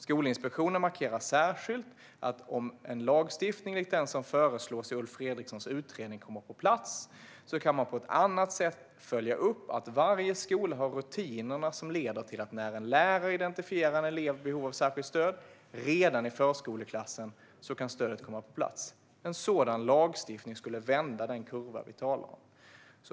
Skolinspektionen markerar särskilt att om en lagstiftning enligt den som föreslås i Ulf Fredrikssons utredning kommer på plats kan man på ett annat sätt följa upp att varje skola har rutiner som leder till att när en lärare identifierar en elev med behov av särskilt stöd kan stödet komma på plats redan i förskoleklassen. En sådan lagstiftning skulle vända den kurva som vi talar om.